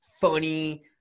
funny